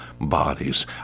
bodies